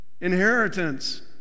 inheritance